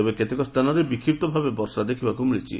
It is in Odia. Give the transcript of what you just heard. ତେବେ କେତେକ ସ୍ବାନରେ ବିକ୍ଷିପ୍ତ ଭାବରେ ବର୍ଷା ଦେଖବାକୁ ମିଳିଛି